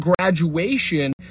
graduation